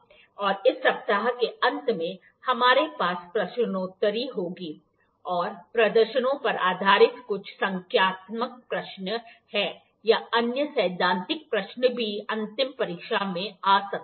और इस सप्ताह के अंत में हमारे पास प्रश्नोत्तरी होगी और प्रदर्शनों पर आधारित कुछ संख्यात्मक प्रश्न हैं या अन्य सैद्धांतिक प्रश्न भी अंतिम परीक्षा में आ सकते हैं